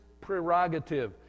prerogative